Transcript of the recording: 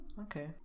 okay